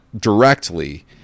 directly